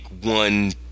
one